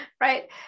right